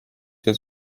się